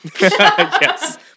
Yes